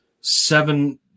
seven